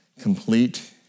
complete